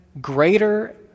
greater